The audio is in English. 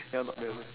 some I don't know